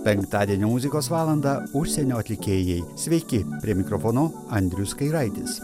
penktadienį muzikos valanda užsienio atlikėjai sveiki prie mikrofono andrius kairaitis